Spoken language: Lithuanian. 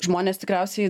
žmonės tikriausiai